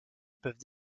peuvent